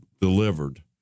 delivered